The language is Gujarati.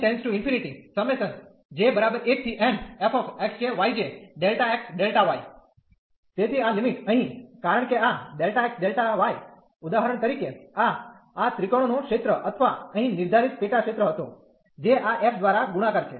તેથી આ લિમિટ અહીં કારણ કે આ Δ x Δ y ઉદાહરણ તરીકે આ આ ત્રિકોણનો ક્ષેત્ર અથવા અહીં નિર્ધારિત પેટા ક્ષેત્ર હતો જે આ f દ્વારા ગુણાકાર છે